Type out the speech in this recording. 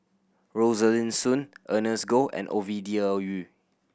Rosaline Soon Ernest Goh and Ovidia Yu